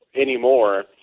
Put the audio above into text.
anymore